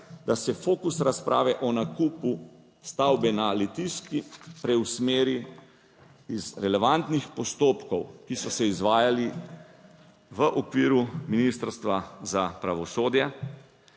da se fokus razprave o nakupu stavbe na Litijski preusmeri iz relevantnih postopkov, ki so se izvajali v okviru Ministrstva za pravosodje.